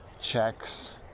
checks